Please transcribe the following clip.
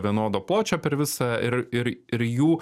vienodo pločio per visą ir ir ir jų